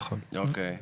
אוקיי.